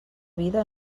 vida